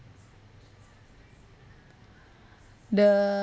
the